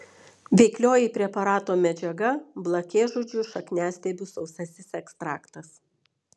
veiklioji preparato medžiaga blakėžudžių šakniastiebių sausasis ekstraktas